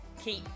keep